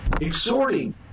Exhorting